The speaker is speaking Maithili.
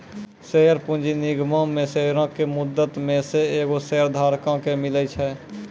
शेयर पूंजी निगमो मे शेयरो के मुद्दइ मे से एगो शेयरधारको के मिले छै